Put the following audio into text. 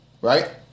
Right